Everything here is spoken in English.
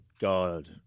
God